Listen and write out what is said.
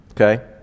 okay